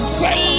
say